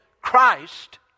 Christ